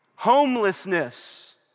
homelessness